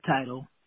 title